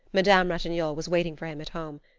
madame ratignolle was waiting for him at home.